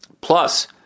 Plus